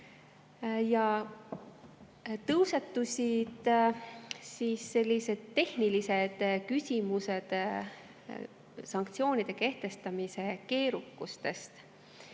Tõusetusid tehnilised küsimused sanktsioonide kehtestamise keerukusest.